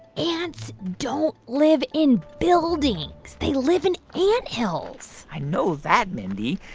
ants don't live in buildings. they live in ant hills i know that, mindy.